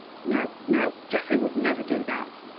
no, no! geoffrey would never do that.